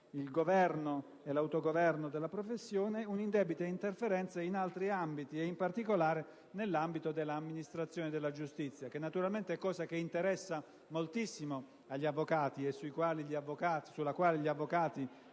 il governo e l'autogoverno della professione, una indebita interferenza in altri ambiti e, in particolare, in quello dell'amministrazione della giustizia che naturalmente è cosa che interessa moltissimo gli avvocati e sulla quale gli avvocati